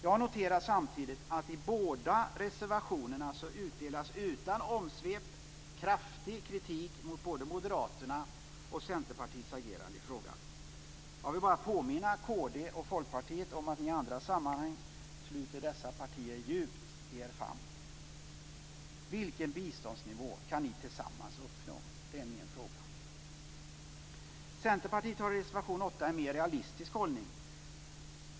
Jag noterar samtidigt att det i båda reservationerna utan omsvep utdelas kraftig kritik mot både Moderaternas och Centerpartiets agerande i frågan. Jag vill bara påminna Kristdemokraterna och Folkpartiet om att ni i andra sammanhang sluter dessa partier djupt i er famn. Vilken biståndsnivå kan ni tillsammans uppnå? Det är min fråga. Centerpartiet har i reservation 8 en mer realistisk hållning.